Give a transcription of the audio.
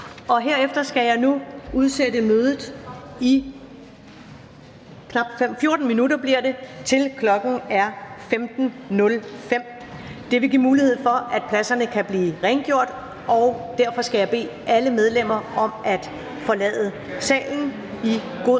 Herefter skal jeg nu udsætte mødet i knap 14 minutter, til klokken er 15.05. Det vil give mulighed for, at pladserne kan blive rengjort, og derfor skal jeg bede alle medlemmer om at forlade salen i god